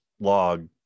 log